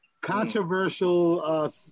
controversial